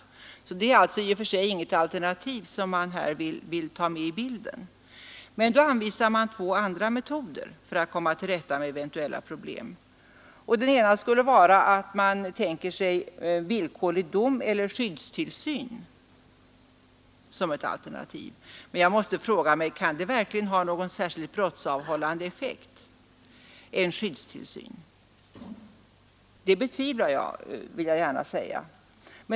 Det är alltså inget alternativ som man vill ta med i bilden. Nu säger både departementschefen och utskottets majoritet att man ändå har vissa alternativ ifall det skulle bli för besvärligt. Två alternativ redovisas. Det ena är villkorlig dom eller skyddstillsyn. Jag måste fråga mig: Kan en skyddstillsyn ha någon särskilt brottsavhållande effekt? Det betvivlar jag.